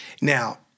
Now